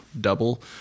double